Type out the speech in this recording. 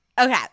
Okay